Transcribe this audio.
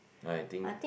I think